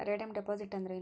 Redeem deposit ಅಂದ್ರೇನ್?